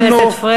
חבר הכנסת פריג'.